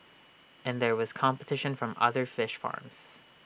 and there was competition from other fish farms